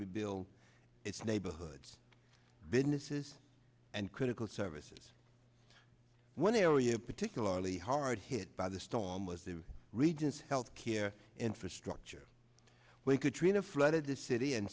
rebuild its neighborhoods businesses and critical services one area particularly hard hit by the storm was the region's health care infrastructure we could train a flooded the city and